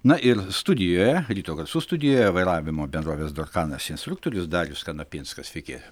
na ir studijoje ryto garsų studijoje vairavimo bendrovės dorkanas instruktorius darius kanapinskas sveiki